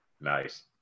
Nice